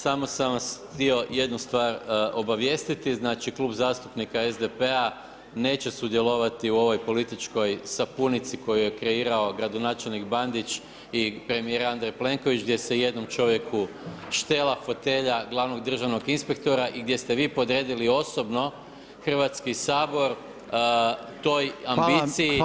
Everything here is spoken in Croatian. Samo sam vas htio jednu stvar obavijestiti, znači, Klub zastupnika SDP-a neće sudjelovati u ovoj političkoj sapunici koju je kreirao gradonačelnik Bandić i premijer Andrej Plenković, gdje se jednom čovjeku štela fotelja glavnog državnog inspektora i gdje ste vi podredili osobno Hrvatski sabor toj ambiciji,